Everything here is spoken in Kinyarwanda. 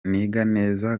neza